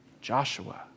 Joshua